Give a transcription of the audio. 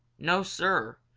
no, sir,